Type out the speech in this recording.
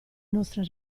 nostre